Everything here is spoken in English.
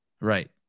Right